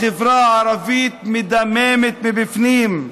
החברה הערבית מדממת מבפנים.